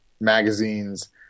magazines